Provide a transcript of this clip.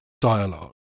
dialogue